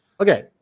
Okay